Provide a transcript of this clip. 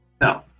No